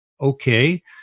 okay